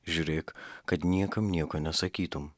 žiūrėk kad niekam nieko nesakytum